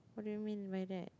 what do you mean by that